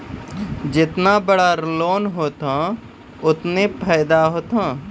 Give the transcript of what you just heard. जेतना बड़ो लोन होतए ओतना फैदा होतए